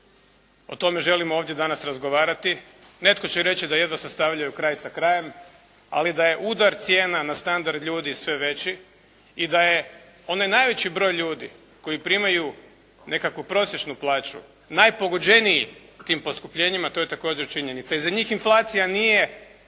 o tome želimo ovdje danas razgovarati. Netko će reći da jedva sastavljaju kraj sa krajem, ali da je udar cijena na standard ljudi sve veći i da je onaj najveći broj ljudi koji primaju nekakvu prosječnu plaću najpogođeniji tim poskupljenjima, to je također činjenica i za njih inflacija nije